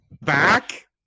Back